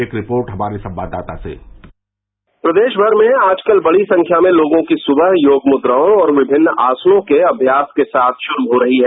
एक रिपोर्ट हमारे संवाददाता से प्रदेश भर में आजकल बड़ी संख्या में लोगों की सुबह योग मुद्राओ और विभिन्न असानों के अभ्यास के साथ शुरू हो रही है